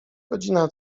godzina